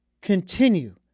continue